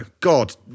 God